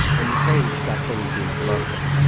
and ukraine stopped sending teams to moscow.